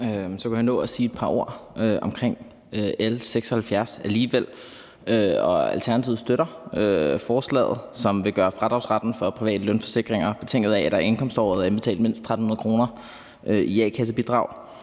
alligevel nå at sige et par ord om L 76. Alternativet støtter forslaget, som vil gøre fradragsretten for private lønforsikringer betinget af, at der i indkomståret er indbetalt mindst 1.300 kr. i a-kassebidrag,